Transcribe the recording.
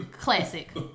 classic